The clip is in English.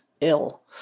ill